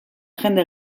jende